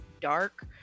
dark